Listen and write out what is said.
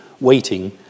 waiting